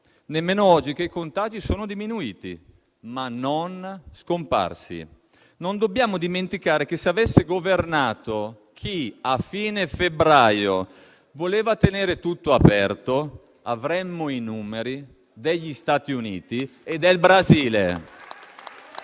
nemmeno oggi che i contagi sono diminuiti, ma non scomparsi. Non dobbiamo dimenticare che, se avesse governato chi a fine febbraio voleva tenere tutto aperto, avremmo i numeri degli Stati Uniti e del Brasile.